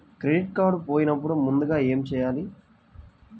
Credit card పోయినపుడు ముందుగా ఏమి చేయాలి?